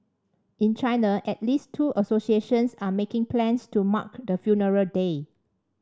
in China at least two associations are making plans to mark the funeral day